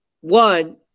one